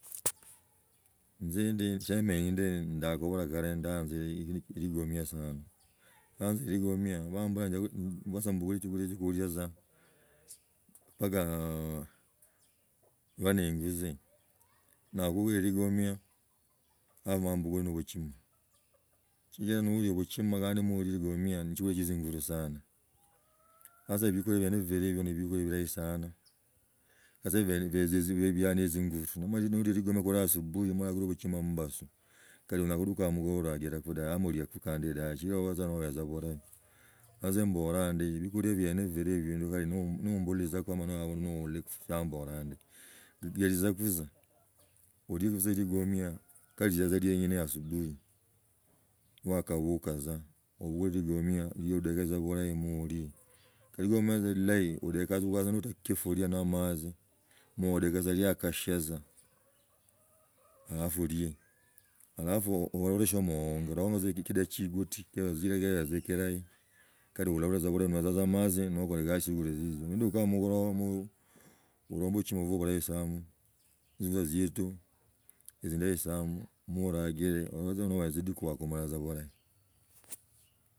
Nzi ndi shiamenyi nde ndakubola kali ndayanza ligomia sana ndayanza ligomia bambolako tsa sasa mbukuli chakulia chakulia tza mbaka mbe neinguzi nyala kubugula ligomia ama mbugule nobuchima sichira nolia buchima kandi nolie ne ligomia ne chokula chie chingubu sana. Sasa biokulia biene bibi hibio no biokulia bilahi sana. Sasa biana tzinguru nomala nolia likomia khurura asubuhi ma olagila buchima mmbasi kali onyala kuduka amugoloba olagilaku dabe shikila obe tza ebehe tza burahi ka nzi mbolaa ndi biokulia biene vibili ndi kali kali nombulizako omala nolilaku shia mbolaa ndi gelitza kutza olieku tza ligomia kali za lienyena asibuhi wakabuka tza obukule ligomia ojie odeke tza bulahi molie. Kali gomeza ilahi odeka tza note mukiruria na amatsi madeka neliaka tshia tsa halaru oliye halafu olole shio mgonga alahonga tza kidachiguti kilegeza kilahi kali ulabula tza amatzi nokola egasi yiyo ninduka amukoloba mo olombe buchima bubwa bulahi sana zinguza zielu, nezindahi sana, maragile onyala tza budiku no wakumara tza burahi.